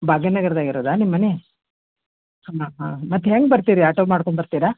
ಬಾಗಿ ನಗರ್ದಾಗ ಇರೋದ ನಿಮ್ಮ ಮನೆ ಹಾಂ ಹಾಂ ಮತ್ತು ಹೆಂಗೆ ಬರ್ತೀರಿ ಆಟೋ ಮಾಡ್ಕೊಂಡ್ಬರ್ತೀರಾ